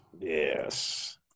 Yes